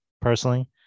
personally